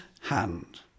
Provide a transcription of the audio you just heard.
hand